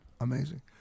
Amazing